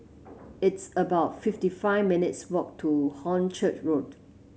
it's about fifty five minutes' walk to Hornchurch Road